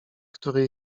który